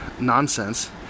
nonsense